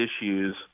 issues